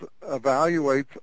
evaluates